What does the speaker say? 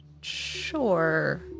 Sure